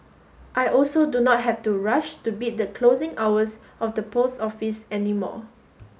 I also do not have to rush to beat the closing hours of the post office any more